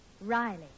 Riley